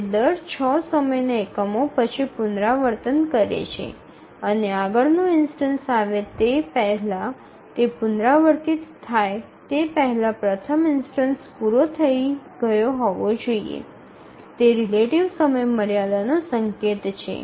તે દર ૬ સમયના એકમો પછી પુનરાવર્તન કરે છે અને આગળ નો ઇન્સ્ટનસ આવે તે પહેલાં તે પુનરાવર્તિત થાય તે પહેલાં પ્રથમ ઇન્સ્ટનસ પૂરો થઈ ગયો હોવો જોઈએ તે રિલેટિવ સમયમર્યાદાનો સંકેત છે